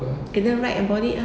kena write about it ah